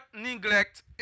neglect